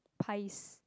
pies